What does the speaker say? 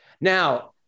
now